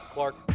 Clark